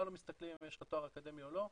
לא מסתכלים אם יש לך תואר אקדמי או לא,